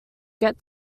get